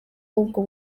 ubwo